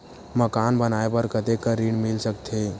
मकान बनाये बर कतेकन ऋण मिल सकथे?